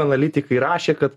analitikai rašė kad